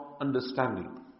understanding